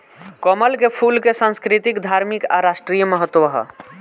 कमल के फूल के संस्कृतिक, धार्मिक आ राष्ट्रीय महत्व ह